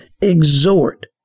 Exhort